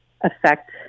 affect